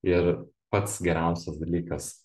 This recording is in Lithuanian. ir pats geriausias dalykas